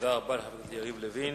תודה רבה לך, חבר הכנסת יריב לוין.